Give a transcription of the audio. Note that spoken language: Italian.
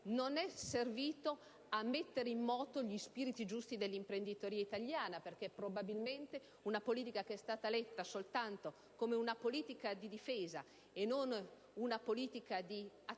del 2011 - a mettere in moto gli spiriti giusti dell'imprenditoria italiana, perché probabilmente una politica che è stata letta soltanto come una politica di difesa e non di attacco,